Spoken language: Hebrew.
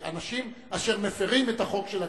כאנשים אשר מפירים את החוק של הכנסת.